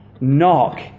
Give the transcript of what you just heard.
Knock